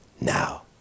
now